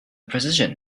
precision